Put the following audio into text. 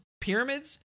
pyramids